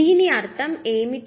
దీని అర్థం ఏమిటి